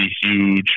huge